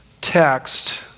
text